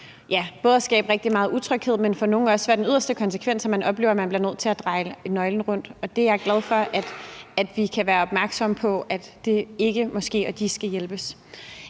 både at skabe rigtig meget utryghed, men også for nogle have som yderste konsekvens, at de oplever at blive nødt til at dreje nøglen om. Jeg er glad for, at vi kan være opmærksomme på, at det ikke må ske, og at de skal hjælpes.